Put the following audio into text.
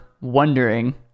wondering